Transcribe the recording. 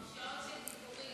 מי שמשקיע כל כך הרבה זה אתם,